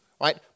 Right